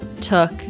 took